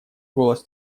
голос